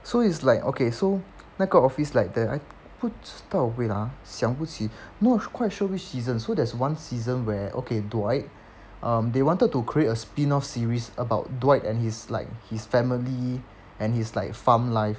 so it's like okay so 那个 office like the I 不知道 wait ah 想不起 not quite sure seasons so there's one season where okay dwight um they wanted to create a spin off series about dwight and his like his family and his like farm life